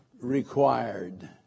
required